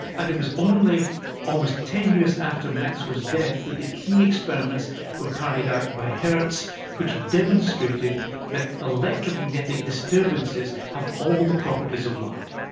and it was only almost ten years after maxwell's death that the key experiments were carried out by hertz which demonstrated that electromagnetic disturbances have all the properties of light.